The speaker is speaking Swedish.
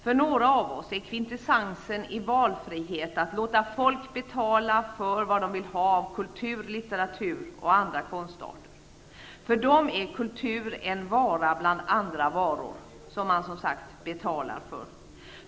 För några av oss är kvintessensen i valfrihet att låta folk betala för vad de vill ha av kultur, litteratur och andra konstarter. För dem är kultur en vara bland andra varor, som man betalar för.